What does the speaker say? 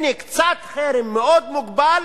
הנה, קצת חרם מאוד מוגבל,